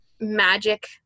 magic